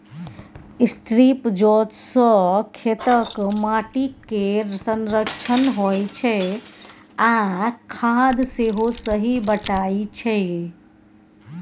strip जोत सँ खेतक माटि केर संरक्षण होइ छै आ खाद सेहो सही बटाइ छै